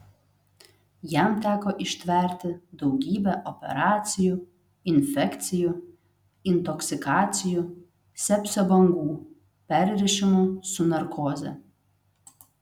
jam teko ištverti daugybę operacijų infekcijų intoksikacijų sepsio bangų perrišimų su narkoze